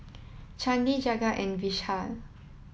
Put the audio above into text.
Chandi Jagat and Vishal